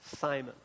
Simon